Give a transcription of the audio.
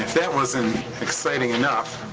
that wasn't exciting enough.